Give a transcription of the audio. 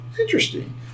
interesting